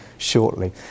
shortly